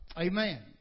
Amen